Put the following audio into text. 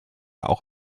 auch